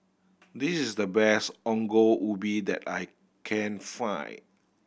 this is the best Ongol Ubi that I can find